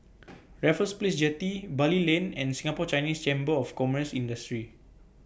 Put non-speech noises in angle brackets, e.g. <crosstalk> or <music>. <noise> Raffles Place Jetty Bali Lane and Singapore Chinese Chamber of Commerce and Industry